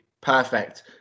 perfect